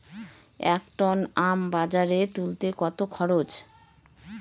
এক টন আম বাজারে তুলতে কত খরচ?